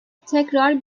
tekrar